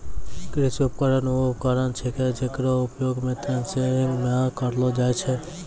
कृषि उपकरण वू उपकरण छिकै जेकरो उपयोग सें थ्रेसरिंग म करलो जाय छै